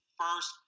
first